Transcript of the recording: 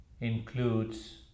Includes